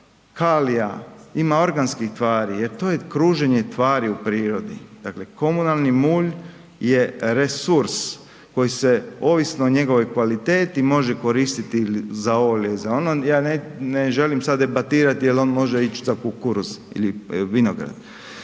kalija, ima organskih tvari jer to je kruženje tvari u prirodi. Dakle, komunalni mulj je resurs koji se ovisno o njegovoj kvaliteti može koristiti ili za ovo ili za ono, ja ne želim sad debatirati jel on može ići za kukuruz ili vinograd,